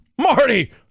Marty